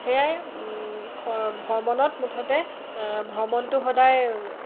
সেয়াই ভ্ৰমণত মুঠতে ভ্ৰমণটো সদায়